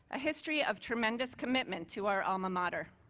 a history of tremendous commitment to our alma mater.